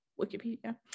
Wikipedia